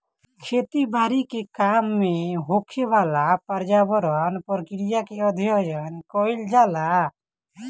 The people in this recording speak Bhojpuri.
खेती बारी के काम में होखेवाला पर्यावरण प्रक्रिया के अध्ययन कईल जाला